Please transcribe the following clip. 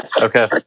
Okay